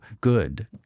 good